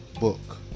book